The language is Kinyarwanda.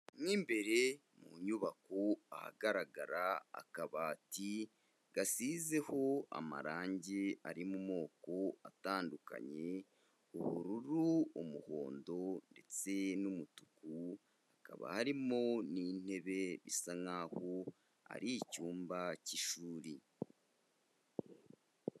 Mo imbere mu nyubako ahagaragara akabati, gasizeho amarangi ari mu moko atandukanye, ubururu, umuhondo ndetse n'umutuku, hakaba harimo n'intebe bisa nk'aho ari icyumba cy'ishuri.